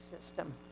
system